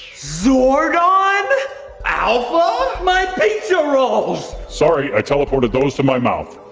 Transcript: zordon! alpha! my pizza rolls! sorry, i teleported those to my mouth.